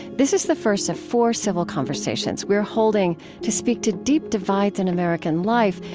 this is the first of four civil conversations we're holding to speak to deep divides in american life,